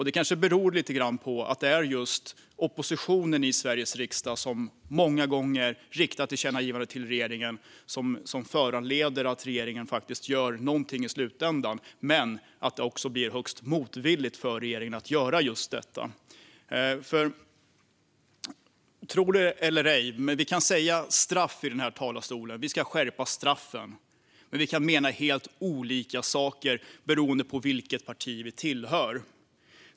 Det kanske beror lite grann på att det är just oppositionen i Sveriges riksdag som många gånger riktar tillkännagivanden till regeringen som föranleder att regeringen faktiskt gör någonting i slutändan. Men det är också högst motvilligt som regeringen gör just detta. Tro det eller ej, men vi kan från denna talarstol säga att vi ska skärpa straffen, men vi kan mena helt olika saker beroende på vilket parti vi tillhör.